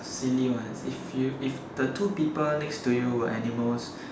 silly one if you if the two people next to you were animals